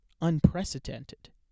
unprecedented